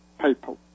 people